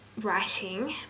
writing